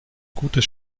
gutes